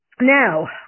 now